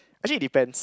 actually depends